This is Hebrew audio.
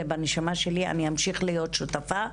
זה בנשמה שלי, אני אמשיך להיות שותפה.